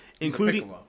including